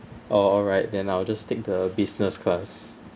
oh alright then I'll just take the business class